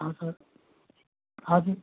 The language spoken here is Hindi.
हाँ सर हाँ जी